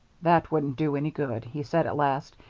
that wouldn't do any good, he said at last.